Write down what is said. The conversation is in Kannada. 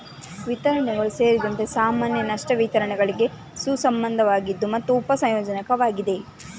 ವಿತರಣೆಗಳು ಸೇರಿದಂತೆ ಸಾಮಾನ್ಯ ನಷ್ಟ ವಿತರಣೆಗಳಿಗೆ ಸುಸಂಬದ್ಧವಾಗಿದೆ ಮತ್ತು ಉಪ ಸಂಯೋಜಕವಾಗಿದೆ